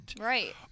Right